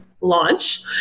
launch